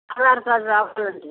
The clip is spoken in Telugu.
ఆధార్ కార్డ్ రావాలండి